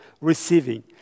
receiving